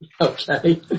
Okay